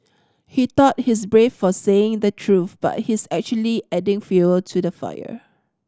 he thought he's brave for saying the truth but he's actually just adding fuel to the fire